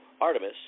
Artemis